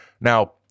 Now